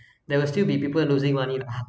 there will still be people losing money lah